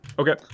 Okay